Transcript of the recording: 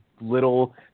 little